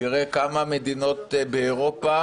יראה כמה מדינות באירופה